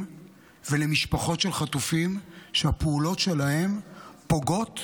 ולמשפחות של חטופים שהפעולות שלהם פוגעות